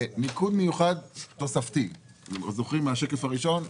ניקוד תוספתי מיוחד זוכרים מהשקף הראשון?